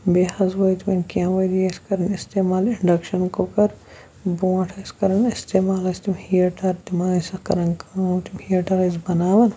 بیٚیہِ حظ وٲتۍ وۄنۍ کینٛہہ ؤری اَسہِ کَران استعمال اِنڈَکشن کُکَر برونٛٹھ ٲسۍ کَران استعمال أسۍ تِم ہیٖٹَر تِمَن ٲسِکھ کَران کٲم تِم ہیٖٹَر ٲسۍ بَناوان